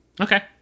Okay